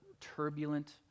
turbulent